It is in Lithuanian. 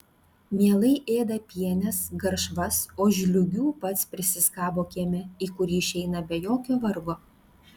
mielai ėda pienes garšvas o žliūgių pats prisiskabo kieme į kurį išeina be jokio vargo